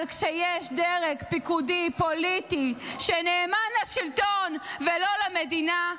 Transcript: אבל כשיש דרג פיקודי פוליטי שנאמן לשלטון ולא למדינה,